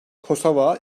kosova